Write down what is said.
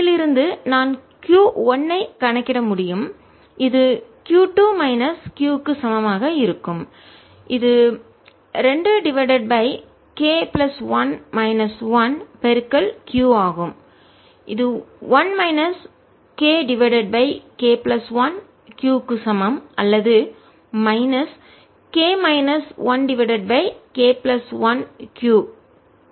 இதிலிருந்து நான் q 1 ஐ கணக்கிட முடியும் இது q 2 மைனஸ் q க்கு சமமாக இருக்கும் இது 2 divided by K plus 1 minus 1q ஆகும் இது 1 minus K divided by K plus 1 q க்கு சமம் அல்லது minus K minus 1 divided by K plus 1q